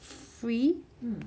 free